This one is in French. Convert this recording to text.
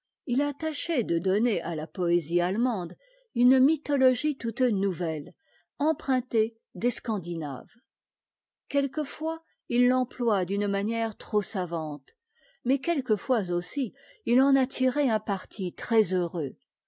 il a tâché de donner à la poésie allemande une mythologie toute nouvelle empruntée des scandinaves quelquefois il l'emploie d'une manière trop savante mais quelquefois aussi il en a tiré un parti très-heureux